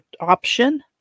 option